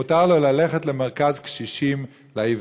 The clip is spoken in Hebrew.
יהיה מותר לו ללכת למרכז לקשישים עיוורים,